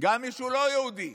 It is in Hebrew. גם מישהו לא יהודי